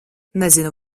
nezinu